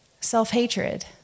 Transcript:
Self-hatred